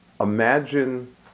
imagine